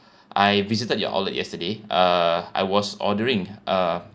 I visited your outlet yesterday uh I was ordering uh